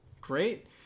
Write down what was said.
Great